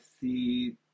see